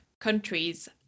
countries